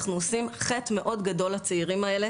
אנחנו עושים חטא גדול מאוד לצעירים האלה